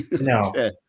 No